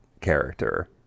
character